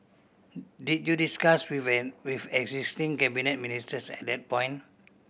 did you discuss with an with existing cabinet ministers at that point